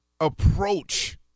approach